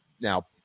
now